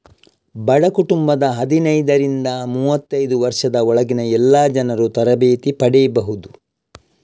ಬಡ ಕುಟುಂಬದ ಹದಿನೈದರಿಂದ ಮೂವತ್ತೈದು ವರ್ಷದ ಒಳಗಿನ ಎಲ್ಲಾ ಜನರೂ ತರಬೇತಿ ಪಡೀಬಹುದು